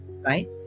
right